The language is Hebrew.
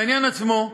לעניין עצמו,